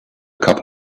couple